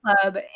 club